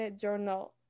journal